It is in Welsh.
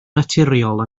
naturiol